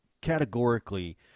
categorically